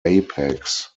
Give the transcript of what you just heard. apex